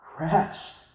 rest